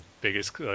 biggest